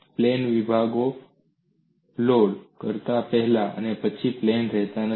plane વિભાગો load કરતા પહેલા અને પછી પ્લેન રહેતા નથી